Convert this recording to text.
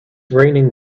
raining